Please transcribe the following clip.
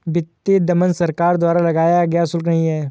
वित्तीय दमन सरकार द्वारा लगाया गया शुल्क नहीं है